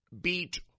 beat